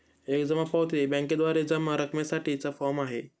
एक जमा पावती बँकेद्वारे जमा रकमेसाठी चा फॉर्म आहे